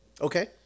okay